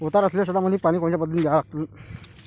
उतार असलेल्या शेतामंदी पानी कोनच्या पद्धतीने द्या लागन?